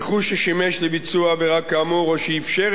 רכוש ששימש לביצוע עבירה כאמור או שאפשר